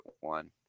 one